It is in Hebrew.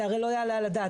זה הרי לא יעלה על הדעת.